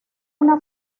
una